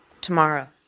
tomorrow